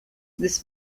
this